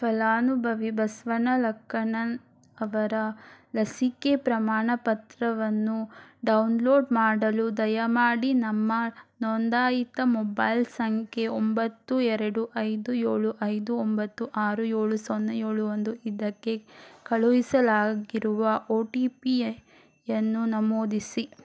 ಫಲಾನುಭವಿ ಬಸ್ವಣ್ಣ ಲಕ್ಕಣ್ಣನ ಅವರ ಲಸಿಕೆ ಪ್ರಮಾಣಪತ್ರವನ್ನು ಡೌನ್ಲೋಡ್ ಮಾಡಲು ದಯಮಾಡಿ ನಮ್ಮ ನೋಂದಾಯಿತ ಮೊಬೈಲ್ ಸಂಖ್ಯೆ ಒಂಬತ್ತು ಎರಡು ಐದು ಏಳು ಐದು ಒಂಬತ್ತು ಆರು ಏಳು ಸೊನ್ನೆ ಏಳು ಒಂದು ಇದಕ್ಕೆ ಕಳುಹಿಸಲಾಗಿರುವ ಒ ಟಿ ಪಿಯನ್ನು ನಮೂದಿಸಿ